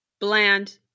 bland